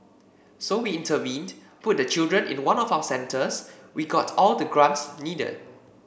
so we intervened put the children in one of our centers we got all the grants needed